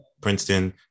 princeton